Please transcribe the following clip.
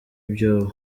ibyobo